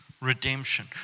redemption